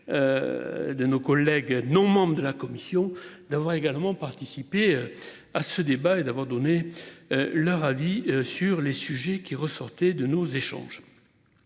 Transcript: De nos collègues non membres de la commission d'avoir également participé à ce débat et d'avoir donné. Leur avis sur les sujets qui ressortait de nos échanges.